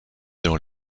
dans